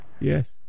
Yes